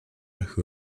who